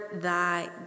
thy